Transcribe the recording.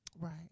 Right